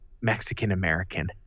Mexican-American